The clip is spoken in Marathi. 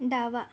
डावा